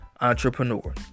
entrepreneur